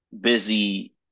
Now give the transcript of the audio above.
busy